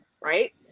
right